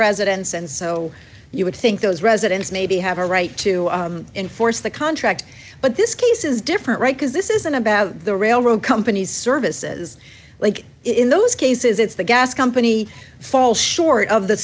residents and so you would think those residents maybe have a right to enforce the contract but this case is different because this isn't about the railroad companies services like in those cases it's the gas company fall short of the